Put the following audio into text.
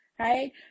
Right